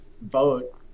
vote